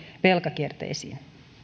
velkakierteisiin